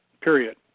period